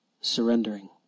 surrendering